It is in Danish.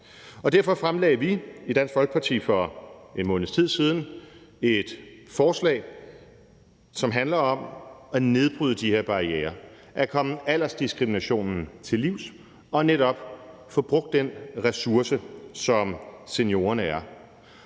Derfor fremlagde vi i Dansk Folkeparti for en måneds tid siden et forslag, som handler om at nedbryde de her barrierer, at komme aldersdiskriminationen til livs og netop at få gjort brug af den ressource, som seniorer er.